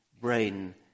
brain